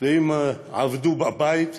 ואם עבדו בבית,